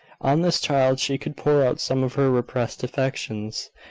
on this child she could pour out some of her repressed affections,